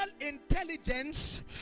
intelligence